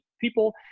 People